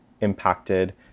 impacted